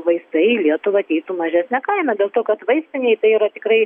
vaistai į lietuvą ateitų mažesne kaina dėl to kad vaistinei tai yra tikrai